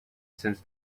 since